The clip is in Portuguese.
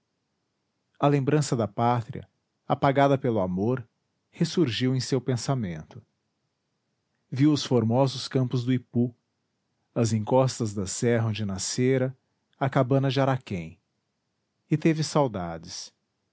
a lembrança da pátria apagada pelo amor ressurgiu em seu pensamento viu os formosos campos do ipu as encostas da serra onde nascera a cabana de araquém e teve saudades